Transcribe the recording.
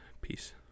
Peace